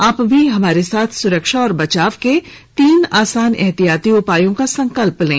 आप भी हमारे साथ सुरक्षा और बचाव के तीन आसान एहतियाती उपायों का संकल्प लें